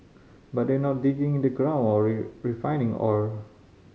but they're not digging in the ground or refining ore